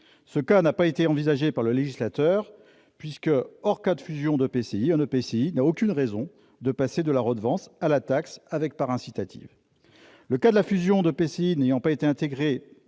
Ce cas n'a pas été envisagé par le législateur, puisque, hors cas de fusion d'EPCI, un EPCI n'a aucune raison de passer de la redevance à la taxe avec part incitative. Le cas de la fusion d'EPCI n'ayant pas été imaginé